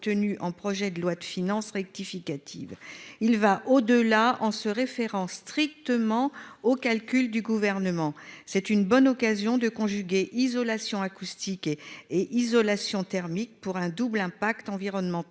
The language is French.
en projet de loi de finances rectificative pour 2022. Je propose d'aller au-delà en me référant strictement aux calculs du Gouvernement. Il s'agit d'une bonne occasion de conjuguer isolation acoustique et isolation thermique, qui ont un double impact environnemental,